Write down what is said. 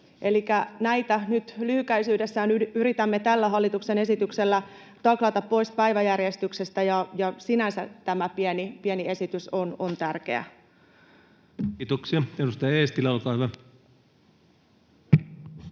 näitä nyt lyhykäisyydessään yritämme tällä hallituksen esityksellä taklata pois päiväjärjestyksestä, ja sinänsä tämä pieni esitys on tärkeä. Kiitoksia. — Edustaja Eestilä, olkaa hyvä.